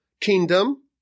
kingdom